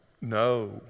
no